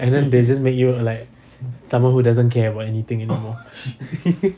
and then they just make you like someone who doesn't care about anything anymore